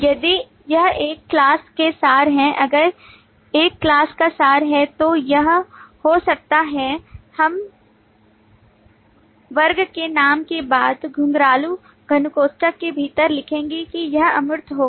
यदि यह एक class के सार है अगर एक class का सार है तो यह हो सकता है हम वर्गे के नाम के बाद घुंघराले धनुकोष्ठक के भीतर लिखेंगे कि यह अमूर्त होगा